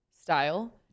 style